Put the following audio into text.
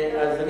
כי זה לא נשמע.